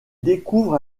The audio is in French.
découvre